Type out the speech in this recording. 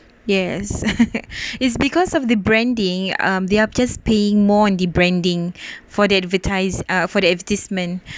yes is because of the branding um they are just paying more in the branding for the advertise uh for the advertisement